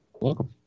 welcome